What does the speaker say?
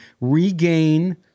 regain